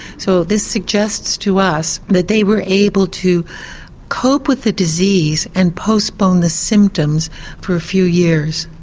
so this suggests to us that they were able to cope with the disease and postpone the symptoms for a few years.